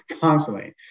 constantly